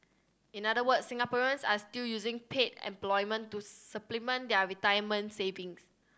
in other words Singaporeans are still using paid employment to supplement their retirement savings